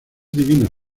divinas